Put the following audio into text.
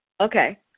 Okay